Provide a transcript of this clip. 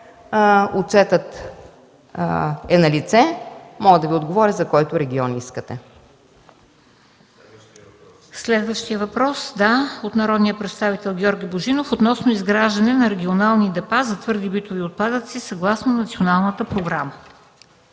Отчетът е налице. Мога да Ви отговоря, за който регион искате. ПРЕДСЕДАТЕЛ МЕНДА СТОЯНОВА: Следващ въпрос от народния представител Георги Божинов относно изграждане на регионални депа за твърди битови отпадъци, съгласно националната програма.